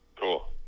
Cool